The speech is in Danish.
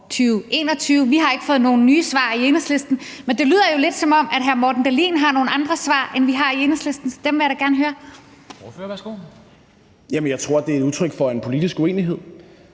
2021, og vi har ikke fået nogen nye svar i Enhedslisten, men det lyder jo lidt, som om hr. Morten Dahlin har nogle andre svar, end vi har i Enhedslisten, så dem vil jeg da gerne høre. Kl. 13:30 Formanden (Henrik Dam Kristensen):